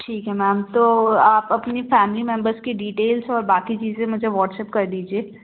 ठीक है मैम तो आप अपनी फैमिली मेम्बर्स की डीटेल्स और बाकी चीज़ें मुझे व्हाट्सअप कर दीजिए